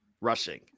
rushing